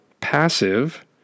passive